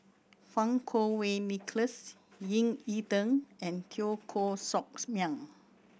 Fang Kuo Wei Nicholas Ying E Ding and Teo Koh Socks Miang